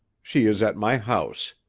she is at my house.